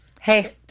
hey